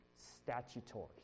statutory